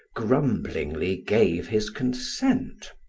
grumblingly gave his consent.